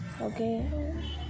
Okay